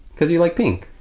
cause you like pink.